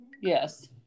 Yes